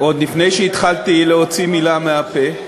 עוד לפני שהתחלתי להוציא מילה מהפה.